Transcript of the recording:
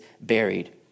buried